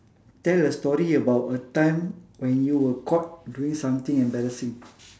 tell a story about a time when you were caught doing something embarrassing